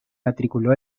matriculó